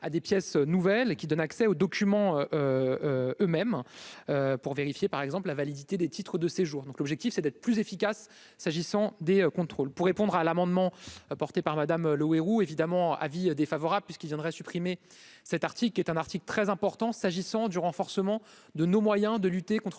à des pièces nouvelles et qui donne accès aux documents eux- mêmes pour vérifier, par exemple, la validité des titres de séjour, donc l'objectif c'est d'être plus efficace, s'agissant des contrôles pour répondre à l'amendement porté par Madame Le Houerou évidemment avis défavorable puisqu'il viendrait supprimer cet article est un article très important s'agissant du renforcement de nos moyens de lutter contre